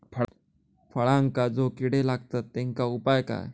फळांका जो किडे लागतत तेनका उपाय काय?